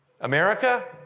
America